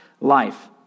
life